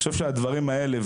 אני חושב שעם הדברים הללו,